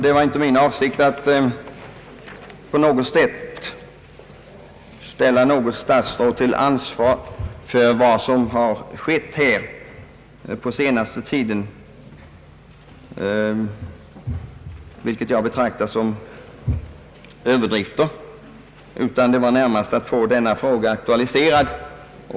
Det var inte min avsikt att på något sätt ställa något statsråd till ansvar för vad som har skett på den senaste tiden i form av vad jag betraktar som överdrifter, utan min avsikt var närmast att få denna fråga aktualiserad.